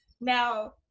now